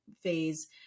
phase